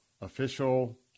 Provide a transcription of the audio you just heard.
official